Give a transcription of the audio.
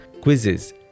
quizzes